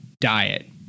diet